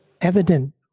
evident